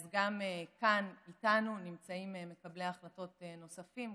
אז גם כאן איתנו נמצאים מקבלי ההחלטות הנוספים,